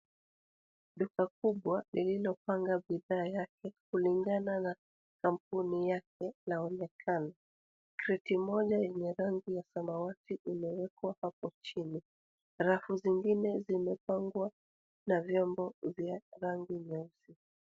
Duka kubwa lilopanga bidhaa yake kulingana na kampuni yake. Kredi moja enye rangi ya samawati imekwa hapo chini. Rafu zingine zimepangwa na vyombo vya rangi nyeupe.